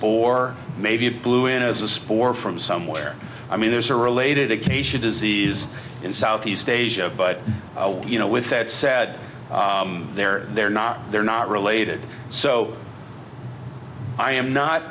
or maybe it blew in as a spore from somewhere i mean there's a related acacia disease in southeast asia but you know with that said they're they're not they're not related so i am not